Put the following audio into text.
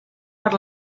per